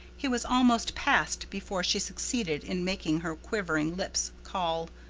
he was almost past before she succeeded in making her quivering lips call,